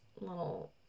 little